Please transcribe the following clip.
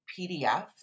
PDF